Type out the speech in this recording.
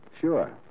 Sure